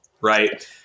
right